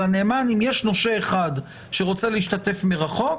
אם יש נושה אחד שרוצה להשתתף מרחוק,